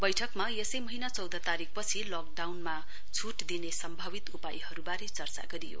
बैठकमा यसै महीना चौध तारीकपछि लकडाउनमा छूट दिने सम्मावित उपायहरूबारे चर्चा गरियो